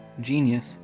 genius